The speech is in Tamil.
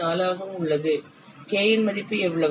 4 ஆகவும் உள்ளது k இன் மதிப்பு எவ்வளவு